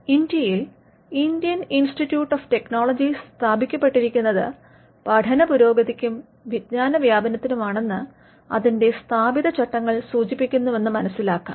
ഇന്ത്യയിൽ Indian institute of technologies സ്ഥാപിക്കപ്പെട്ടിരിക്കുന്നത് പഠന പുരോഗതിക്കും വിജ്ഞാനവ്യാപനത്തിനുമാണെന്നു അതിന്റെ സ്ഥാപിത ചട്ടങ്ങൾ സൂചിപ്പിക്കുന്നുവെന്ന് മനസ്സിലാക്കാം